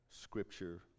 Scripture